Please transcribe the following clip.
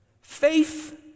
Faith